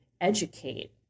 educate